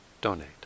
donate